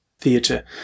theatre